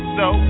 no